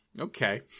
Okay